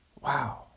Wow